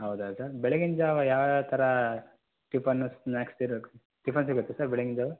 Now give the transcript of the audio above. ಹೌದಾ ಸರ್ ಬೆಳಗಿನ ಜಾವ ಯಾವ ಯಾವ ಥರ ಟಿಫನು ಸ್ನಾಕ್ಸ್ ಇರತ್ತೆ ಟಿಫನ್ ಸಿಗುತ್ತೆ ಸರ್ ಬೆಳಗಿನ ಜಾವ